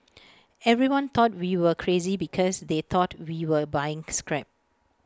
everyone thought we were crazy because they thought we were buying scrap